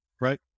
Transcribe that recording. Right